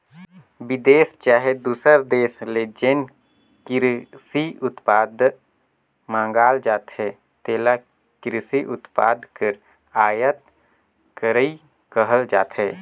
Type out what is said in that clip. बिदेस चहे दूसर देस ले जेन किरसी उत्पाद मंगाल जाथे तेला किरसी उत्पाद कर आयात करई कहल जाथे